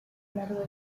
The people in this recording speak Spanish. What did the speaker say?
largo